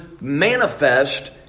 manifest